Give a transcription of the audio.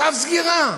צו סגירה.